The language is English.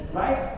right